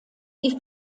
die